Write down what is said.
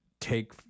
take